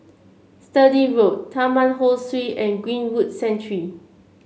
Sturdee Road Taman Ho Swee and Greenwood Sanctuary